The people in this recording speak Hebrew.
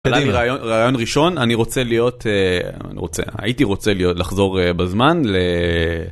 רעיון ראשון אני רוצה להיות רוצה הייתי רוצה להיות לחזור בזמן.